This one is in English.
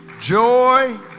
Joy